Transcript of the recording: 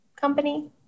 company